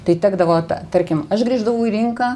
tai tekdavo ta tarkim aš grįždavau į rinką